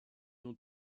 ont